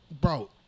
bro